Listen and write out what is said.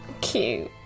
Cute